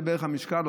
זה בערך המשקל,